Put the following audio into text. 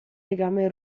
legame